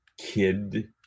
kid